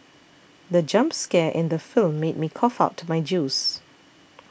the jump scare in the film made me cough out my juice